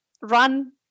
run